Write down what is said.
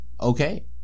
Okay